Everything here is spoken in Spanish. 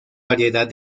variedad